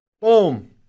Boom